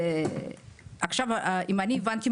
אם אני הבנתי,